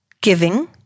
giving